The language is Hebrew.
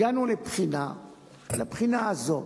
הגענו לבחינה, לבחינה הזאת,